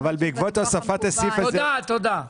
אבל בעקבות הוספת הסעיף הזה --- תודה, תודה.